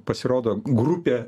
pasirodo grupė